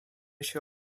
się